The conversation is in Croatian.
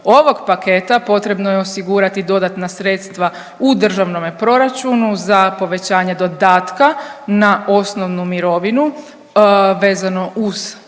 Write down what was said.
ovog paketa potrebno je osigurati dodatna sredstva u državnome proračunu za povećanje dodatka na osnovnu mirovinu, vezano uz